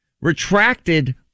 retracted